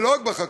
ולא רק בחקלאות,